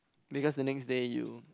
because the next day you